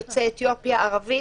יוצא אתיופיה וערבי.